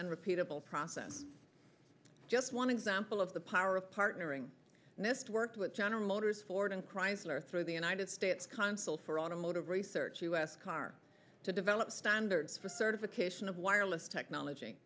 and repeatable process just one example of the power of partnering nist worked with general motors ford and chrysler through the united states consul for automotive research u s car to develop standards for certification of wireless technology